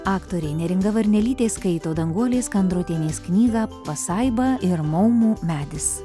aktorė neringa varnelytė skaito danguolės kandrotienės knygą pasaiba ir maumų medis